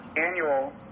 annual